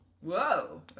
whoa